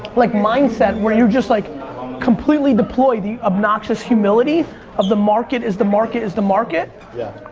like mindset where you're just like completely deploy the obnoxious humility of the market is the market is the market. yeah.